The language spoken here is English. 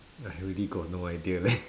I really got no idea leh